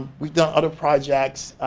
we've done other projects.